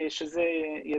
שזה ידוע.